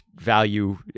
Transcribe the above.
value